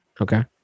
Okay